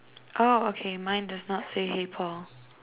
oh okay mine does not say hey Paul